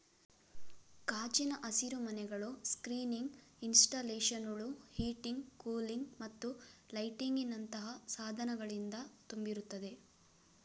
ಗಾಜಿನ ಹಸಿರುಮನೆಗಳು ಸ್ಕ್ರೀನಿಂಗ್ ಇನ್ಸ್ಟಾಲೇಶನುಳು, ಹೀಟಿಂಗ್, ಕೂಲಿಂಗ್ ಮತ್ತು ಲೈಟಿಂಗಿನಂತಹ ಸಾಧನಗಳಿಂದ ತುಂಬಿರುತ್ತವೆ